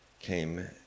came